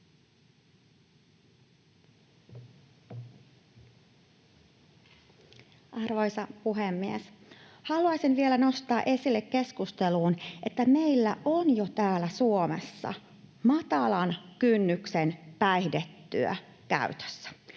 Arvoisa puhemies! Haluaisin vielä nostaa esille keskusteluun, että meillä on jo täällä Suomessa matalan kynnyksen päihdetyö käytössä.